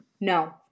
No